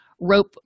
rope